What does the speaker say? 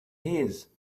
his